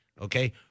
Okay